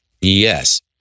Yes